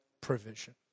provision